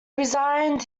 resigned